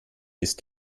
ist